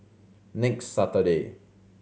next Saturday